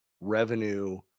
revenue